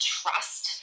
trust